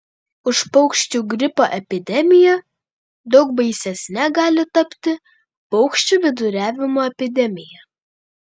už paukščių gripo epidemiją daug baisesne gali tapti paukščių viduriavimo epidemija